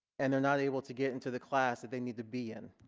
and they're not able to get into the class that they need to be in.